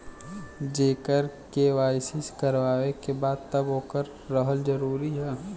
जेकर के.वाइ.सी करवाएं के बा तब ओकर रहल जरूरी हे?